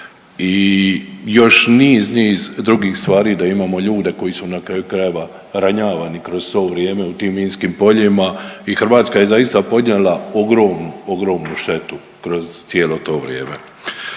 niz, niz drugih stvari, da imamo ljude koji su na kraju krajeva ranjavani kroz svo ovo vrijeme u tim minskim poljima i Hrvatska je zaista podnijela ogromnu, ogromnu štetu kroz cijelo to vrijeme.